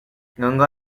ganga